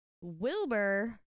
Wilbur